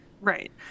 Right